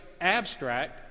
abstract